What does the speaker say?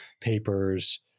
papers